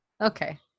Okay